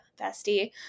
bestie